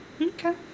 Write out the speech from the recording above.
Okay